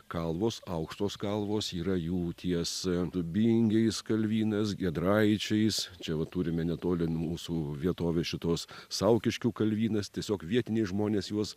kalvos aukštos kalvos yra jų ties dubingiais kalvynas giedraičiais čia va turime netoli mūsų vietovės šitos saukiškių kalvynas tiesiog vietiniai žmonės juos